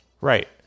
Right